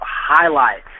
highlights